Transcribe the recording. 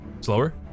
slower